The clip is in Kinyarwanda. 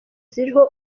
ziriho